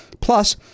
plus